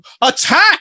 Attack